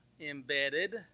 embedded